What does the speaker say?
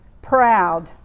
proud